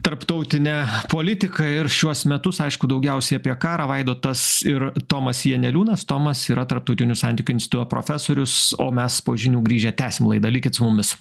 tarptautinę politiką ir šiuos metus aišku daugiausiai apie karą vaidotas ir tomas janeliūnas tomas yra tarptautinių santykių instituto profesorius o mes po žinių grįžę tęsim laidą likit su mumis